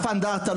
אף אנדרטה.